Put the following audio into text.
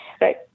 right